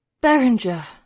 Berenger